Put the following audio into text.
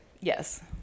Yes